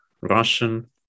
Russian